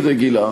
בלתי רגילה,